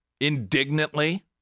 Indignantly